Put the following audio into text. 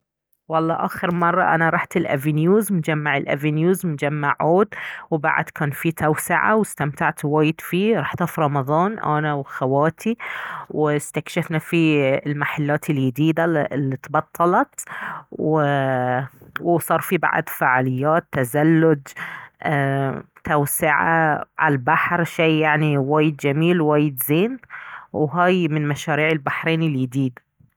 والله انا اخر مرة رحت الأفنيوز مجمع الأفنيوز مجمع عود وبعد كان فيه توسعة واستمتعت وايد فيه ، رحته في رمضان انا وخواتي واستكشفنا فيه المحلات اليديدة الي تبطلت و وصار فيه بعد فعاليات تزلج ايه توسعة على البحر شي يعني وايد جميل وايد زين وهاي من مشاريع البحرين اليديدة